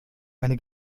eine